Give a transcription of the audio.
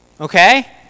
okay